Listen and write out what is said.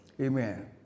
Amen